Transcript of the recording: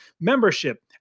membership